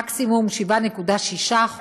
מקסימום 7.6%,